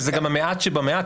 וזה גם המעט שבמעט,